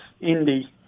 Indy